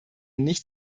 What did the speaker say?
nicht